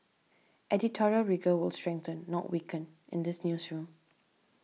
editorial rigour will strengthen not weaken in this newsroom